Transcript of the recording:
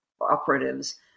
operatives